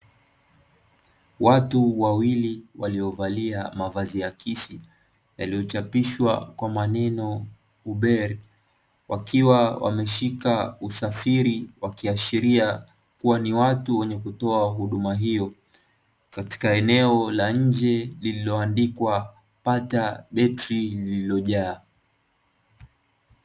Watu wawili waliovalia mavazi akisi yaliyochapishwa kwa maneno (UBER), wakiwa wameshika usafiri wakiashiria kuwa ni watu wa kutoa huduma hiyo katika eneo la nje lililoandikwa pata betri iliyojaa.